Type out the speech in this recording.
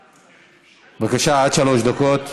בבקשה, עד שלוש דקות.